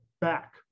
back